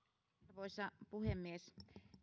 arvoisa puhemies